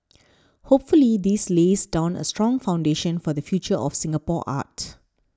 hopefully this lays down a strong foundation for the future of Singapore art